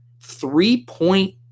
three-point